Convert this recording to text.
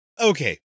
okay